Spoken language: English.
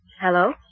Hello